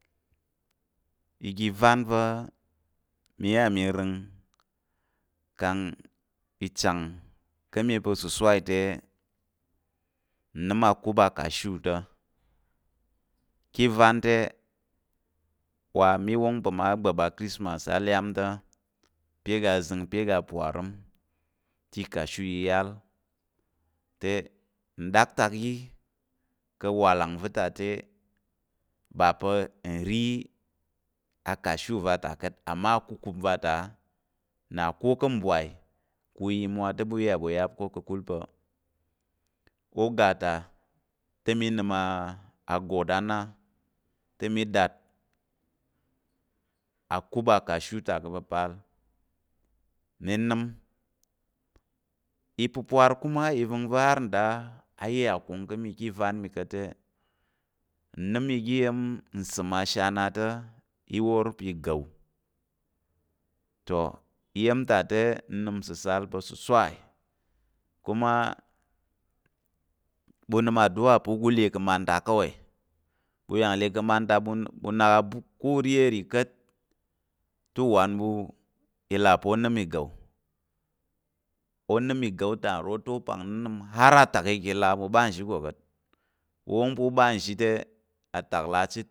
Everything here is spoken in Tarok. Iga ivan va̱ mi inya mi rəng kang chang ka̱ mi pa̱ sosai te, nə́m akup kashu te, ka̱ ivan te wa mi wong pa̱ mma gbap akistimas alyam ta̱ ape aga azəng, ape aga parəm te ikashu i yal nɗaktak yi ka̱ awalang ta te ba pa̱ nri akashu va ta ka̱t amma akukup va̱ ta nna ko ka̱ mbwai ɓu ya imwa te ɓu inyà ɓu yap ká̱ ka̱kul pa̱ u gata te mi nim a got ana te mi dat a kup akashu ta ka papal mi nim i pupar te i ven vu ka da i a iya kunkamikat ka van mi kat a nim i gi yem i sim a shana te, i war pi gar, to i yem ta te inim salsal ka siswai ku ma, mu nim aduwa pu ga le ka manta kawai. mu yan ka le ka manta manta te mu nan a book, ku u ri iyamri kat te wan mu te wan mu o nim i gaw ta u pan nim har atak i ga lar mu ba shiko kat bu wan pu ba zhi te atak i lar chit